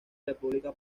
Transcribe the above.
república